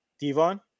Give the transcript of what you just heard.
Devon